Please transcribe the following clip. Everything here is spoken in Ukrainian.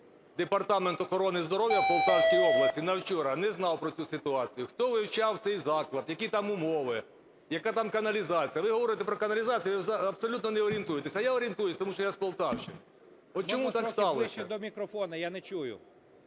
Департамент охорони здоров'я в Полтавській області на вчора не знав про цю ситуацію. Хто вивчав цей заклад, які там умови, яка там каналізація? Ви говорите про каналізацію, а ви абсолютно не орієнтуєтесь. А я орієнтуюсь тому що я з Полтавщини. От чому так сталося?